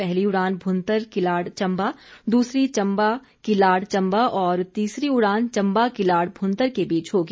पहली उड़ान भूंतर किलाड़ चम्बा दूसरी चम्बा किलाड़ चम्बा और तीसरी उड़ान चम्बा किलाड़ भुंतर के बीच होगी